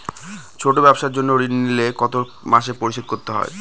ছোট ব্যবসার জন্য ঋণ নিলে কত মাসে পরিশোধ করতে হয়?